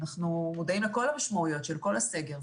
אנחנו מודעים לכל המשמעויות של כל הסגר.